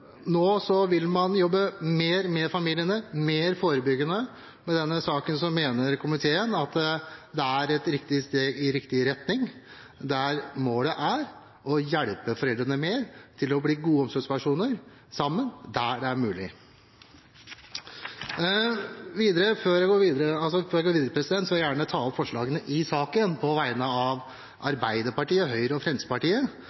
nå vil jobbe mer med familiene, mer forebyggende, og i denne saken mener komiteen at det er et skritt i riktig retning, der målet er å hjelpe foreldrene mer med å bli gode omsorgspersoner sammen, der det er mulig. Før jeg går videre, vil jeg gjerne anbefale komiteens tilråding, på vegne av Arbeiderpartiet, Høyre og Fremskrittspartiet,